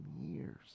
years